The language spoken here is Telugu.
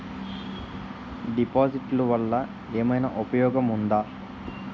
డిపాజిట్లు వల్ల ఏమైనా ఉపయోగం ఉందా?